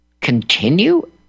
continue